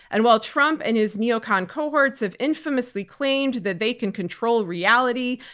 and while trump and his neo-con cohorts have infamously claimed that they can control reality,